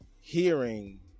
hearing